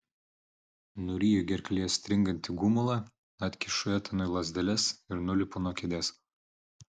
nuryju gerklėje stringantį gumulą atkišu etanui lazdeles ir nulipu nuo kėdės